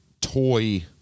toy